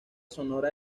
sonora